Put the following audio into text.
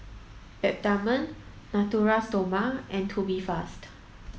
Peptamen Natura Stoma and Tubifast